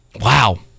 wow